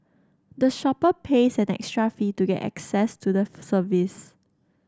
the shopper pays an extra fee to get access to the service